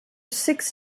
six